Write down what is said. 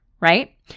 right